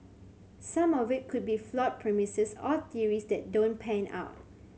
some of it could be flawed premises or theories that don't pan out